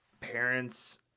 parents